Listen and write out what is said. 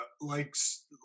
likes